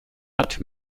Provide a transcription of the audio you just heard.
hat